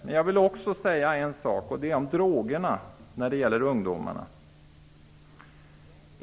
Men jag vill också säga något om droger när det gäller ungdomarna.